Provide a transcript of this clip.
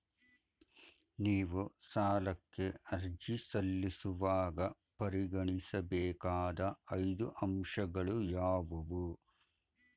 ನೀವು ಸಾಲಕ್ಕೆ ಅರ್ಜಿ ಸಲ್ಲಿಸುವಾಗ ಪರಿಗಣಿಸಬೇಕಾದ ಐದು ಅಂಶಗಳು ಯಾವುವು?